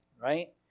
right